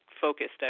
focused